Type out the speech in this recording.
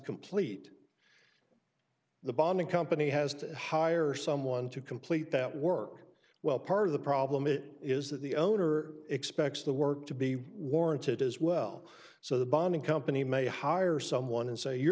complete the bonding company has to hire someone to complete that work well part of the problem it is that the owner expects the work to be warranted as well so the bombing company may hire someone and say you